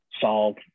solve